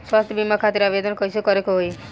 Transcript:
स्वास्थ्य बीमा खातिर आवेदन कइसे करे के होई?